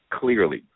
clearly